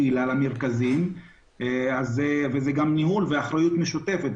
לקהילה ולמרכזים וזה ניהול ואחריות משותפת.